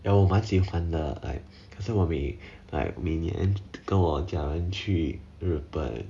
ya 我蛮喜欢的 like 可是我每 like 每年跟我家人去日本